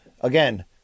again